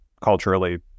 culturally